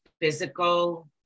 physical